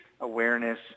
awareness